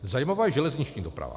Zajímavá je železniční doprava.